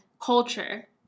culture